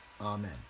Amen